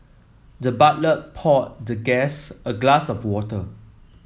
the butler poured the guest a glass of water